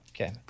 Okay